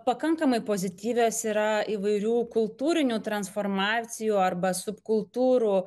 pakankamai pozityvias yra įvairių kultūrinių transformacijų arba subkultūrų